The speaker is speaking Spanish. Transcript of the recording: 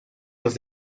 los